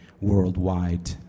worldwide